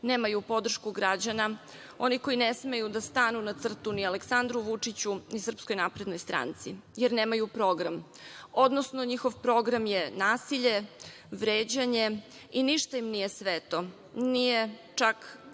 nemaju podršku građana, oni koji ne smeju da stanu na crtu ni Aleksandru Vučiću, ni SNS, jer nemaju program, odnosno njihov program je nasilje, vređanje i ništa im nije sveto, nije čak